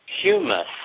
Humus